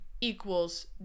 equals